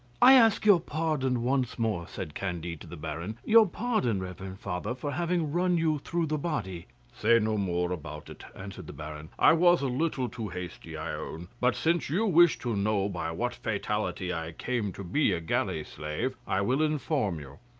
i ask your pardon once more, said candide to the baron, your pardon, reverend father, for having run you through the body. say no more about it, answered the baron. i was a little too hasty, i own, but since you wish to know by what fatality i came to be a galley-slave i will inform you.